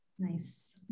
Nice